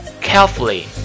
carefully